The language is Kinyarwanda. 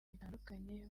bitandukanye